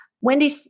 Wendy